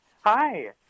Hi